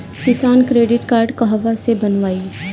किसान credit card कहवा से बनवाई?